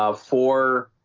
um for